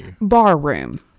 Barroom